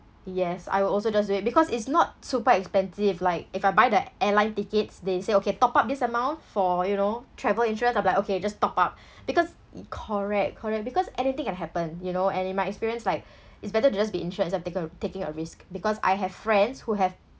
yes I will also just do it because it's not super expensive like if I buy the airline tickets they say okay top up this amount for you know travel insurance I'll be like okay just top up because correct correct because anything can happen you know and in my experience like it's better to just be insured instead of taking a taking a risk because I have friends who have